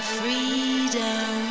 freedom